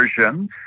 versions